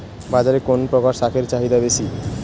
বাজারে কোন প্রকার শাকের চাহিদা বেশী?